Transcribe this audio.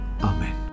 Amen